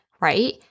Right